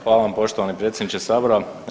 Hvala vam poštovani predsjedniče Sabora.